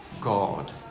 god